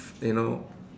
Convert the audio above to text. you know